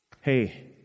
Hey